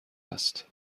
است